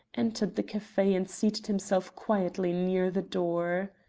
entered the cafe and seated himself quietly near the door.